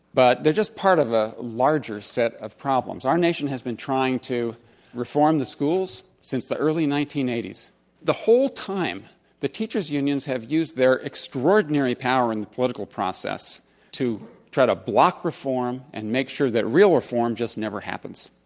but they're just part of a larger set of problems. our nation has been trying to reform the schools since the early nineteen eighty s. and the whole time the teachers' unions have used their extraordinary power in the political process to try to block reform and make sure that real reform just never happens.